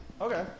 okay